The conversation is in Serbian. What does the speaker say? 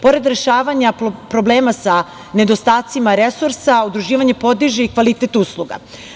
Pored rešavanja problema sa nedostacima resursa udruživanje podiže i kvalitet usluga.